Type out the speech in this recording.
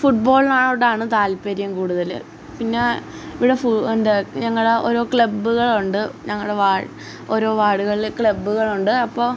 ഫുട് ബോളിനോടാണ് താത്പര്യം കൂടുതൽ പിന്നേ ഇവിടെ ഫുട് എന്താ ഞങ്ങളുടെ ഓരോ ക്ലബ്ബുകളുണ്ട് ഞങ്ങളുടെ വാർഡ് ഓരോ വാർഡുകളിൽ ക്ലബുകളുണ്ട് അപ്പോൾ